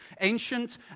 ancient